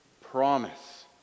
promise